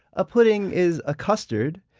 a pudding is a custard.